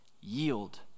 yield